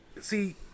see